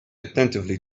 attentively